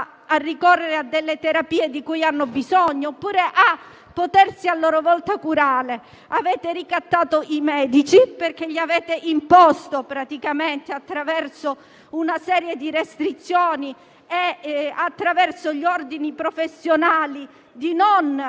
ricorrere a delle terapie di cui hanno bisogno, oppure a potersi a loro volta curare. Avete ricattato i medici, perché gli avete praticamente imposto, attraverso una serie di restrizioni e ordini professionali, di non